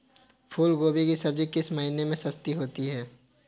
फूल गोभी की सब्जी किस महीने में सस्ती होती है?